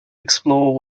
explore